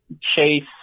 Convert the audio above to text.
Chase